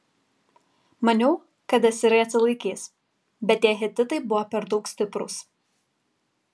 maniau kad asirai atsilaikys bet tie hetitai buvo per daug stiprūs